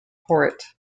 port